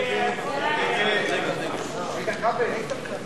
להביע אי-אמון